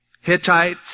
Hittites